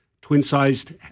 twin-sized